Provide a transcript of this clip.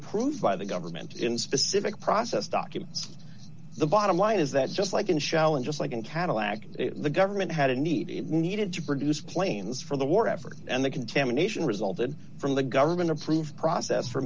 approved by the government in specific process documents the bottom line is that just like in shalyn just like in cadillac the government had a need needed to produce planes for the war effort and the contamination resulted from the government approved process for